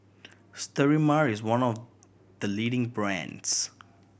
Sterimar is one of the leading brands